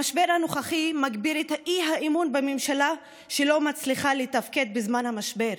המשבר הנוכחי מגביר את האי-אמון בממשלה שלא מצליחה לתפקד בזמן המשבר,